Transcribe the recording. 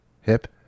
Hip